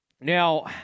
Now